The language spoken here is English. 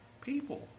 people